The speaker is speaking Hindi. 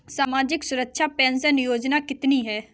सामाजिक सुरक्षा पेंशन योजना कितनी हैं?